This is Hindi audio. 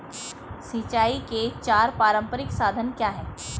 सिंचाई के चार पारंपरिक साधन क्या हैं?